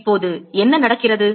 இப்போது என்ன நடக்கிறது